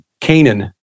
Canaan